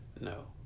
No